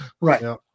Right